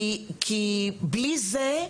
כי בלי זה,